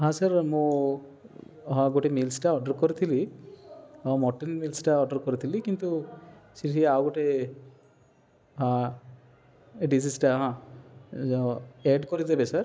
ହଁ ସାର୍ ମୁଁ ହଁ ଗୋଟେ ମିଲ୍ସ୍ଟା ଅର୍ଡ଼ର୍ କରିଥିଲି ହଁ ମିଲ୍ସ୍ଟା ଅର୍ଡ଼ର୍ କରିଥିଲି କିନ୍ତୁ ସେଠି ଆଉ ଗୋଟେ ହଁ ଏ ଡିସେସ୍ଟା ହଁ ଏଡ଼୍ କରିଦେବେ ସାର୍